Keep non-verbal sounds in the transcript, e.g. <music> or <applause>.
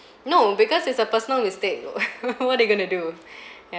<breath> no because it's a personal mistake <laughs> what what are are you going to do <breath> ya